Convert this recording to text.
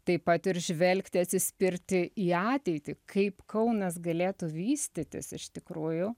taip pat ir žvelgti atsispirti į ateitį kaip kaunas galėtų vystytis iš tikrųjų